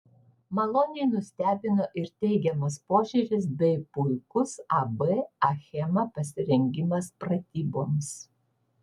maloniai nustebino ir teigiamas požiūris bei puikus ab achema pasirengimas pratyboms